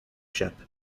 ship